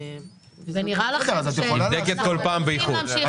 זה נראה לכם שצריכים להמשיך --- היא נבדקת כל פעם באיחור.